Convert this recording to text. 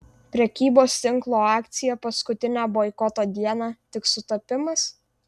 prekybos tinklo akcija paskutinę boikoto dieną tik sutapimas